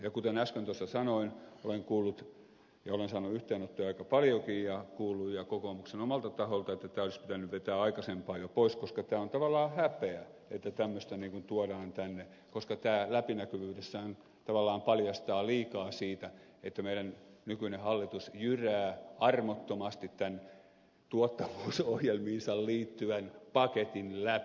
kuten äsken tuossa sanoin olen kuullut ja olen saanut yhteydenottoja aika paljonkin ja kuullut kokoomuksen omalta taholta että tämä olisi pitänyt vetää aikaisempaa jo pois koska tämä on tavallaan häpeä että tämmöistä niin kuin tuodaan tänne koska tämä läpinäkyvyydessään tavallaan paljastaa liikaa siitä että meidän nykyinen hallituksemme jyrää armottomasti tämän tuottavuusohjelmiinsa liittyvän paketin läpi